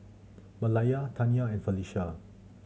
Malaya Tanya and Felisha